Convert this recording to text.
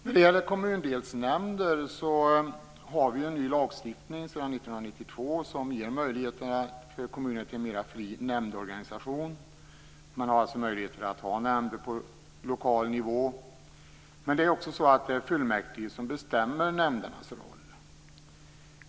När det gäller kommundelsnämnderna har vi sedan 1992 en ny lagstiftning som ger kommunerna möjligheter till en friare nämndeorganisation. Möjligheten finns alltså att ha nämnder på lokal nivå. Fullmäktige bestämmer nämndernas roll.